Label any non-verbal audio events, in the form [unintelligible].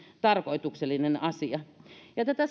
tarkoituksellinen asia tätä [unintelligible]